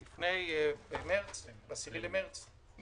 ב-10 במרס.